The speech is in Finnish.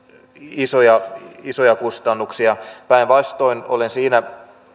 isoja isoja kustannuksia päinvastoin olen siinä